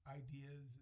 ideas